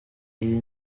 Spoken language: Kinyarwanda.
iyi